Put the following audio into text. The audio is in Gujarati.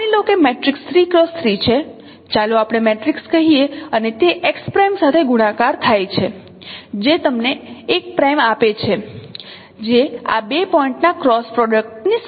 માની લો કે મેટ્રિક્સ છે ચાલો આપણે મેટ્રિક્સ કહીએ અને તે x પ્રાઇમ સાથે ગુણાકાર થાય છે જે તમને l પ્રાઈમ આપે છે જે આ 2 પોઇન્ટના ક્રોસ પ્રોડક્ટ ની સમકક્ષ ગણતરી કરી રહ્યું છે